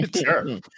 Sure